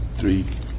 three